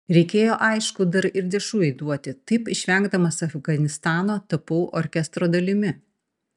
reikėjo aišku dar ir dešrų įduoti taip išvengdamas afganistano tapau orkestro dalimi